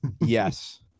Yes